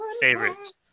favorites